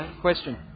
question